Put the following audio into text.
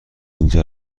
اینجا